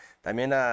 También